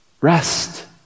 Rest